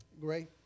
Great